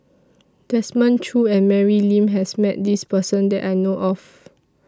Desmond Choo and Mary Lim has Met This Person that I know of